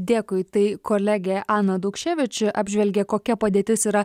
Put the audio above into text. dėkui tai kolegė ana daukševič apžvelgė kokia padėtis yra